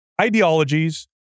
ideologies